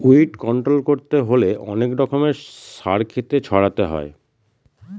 weed control করতে হলে অনেক রকমের সার ক্ষেতে ছড়াতে হয়